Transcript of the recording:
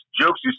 jokes